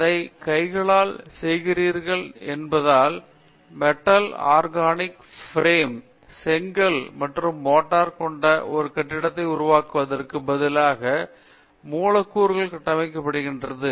விஸ்வநாதன் நீங்கள் அதை கைகளால் செய்கிறீர்கள் என்பதால் மெட்டல் ஆர்கானிக் ஃப்ரேம் ஒர்க் செங்கல் மற்றும் மோர்ட்டார் கொண்ட ஒரு கட்டிடத்தை உருவாக்குவதற்குப் பதிலாக மூலக்கூறுகளில் கட்டமைக்கப்படுகிறது